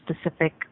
specific